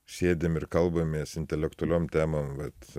sėdim ir kalbamės intelektualiom temom vat